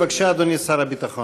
בבקשה, אדוני שר הביטחון.